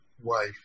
wife